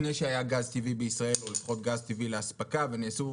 עוד לפני שהיה גז טבעי בישראל או לפחות גז טבעי לאספקה ונעשו